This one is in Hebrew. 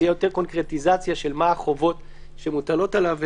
שתהיה יותר קונקרטיזציה של מה החובות שמוטלות עליו.